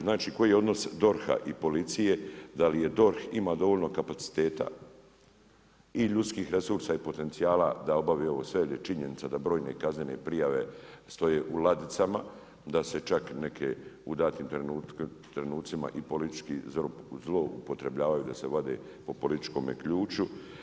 Znači koji je odnos DORH-a i policije, da li DORH ima dovoljno kapaciteta i ljudskih resursa i potencijala da obavi ovo sve, jer je činjenica da brojne kaznene prijave stoje u ladicama, da se čak neke u datim trenutcima i politički zloupotrebljavaju, da se vade po političkome ključu.